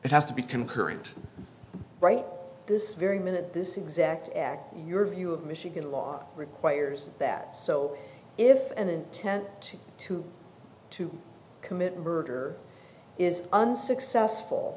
it has to be concurrent right this very minute this exact act your view of michigan law requires that so if an intent to commit murder is unsuccessful